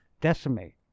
decimate